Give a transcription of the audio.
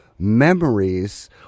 memories